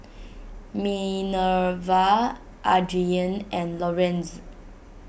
Minerva Adrien and Lorenz